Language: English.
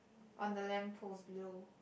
on the lamp post below